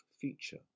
feature